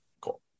Cool